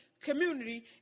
community